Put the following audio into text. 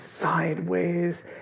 sideways